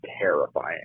terrifying